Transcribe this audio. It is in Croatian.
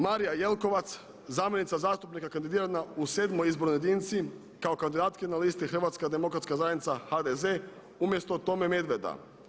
Marija Jelkovac zamjenica zastupnika kandidirana u sedmoj izbornoj jedinici kao kandidatkinja na listi Hrvatska demokratska zajednica, HDZ umjesto Tome Medveda.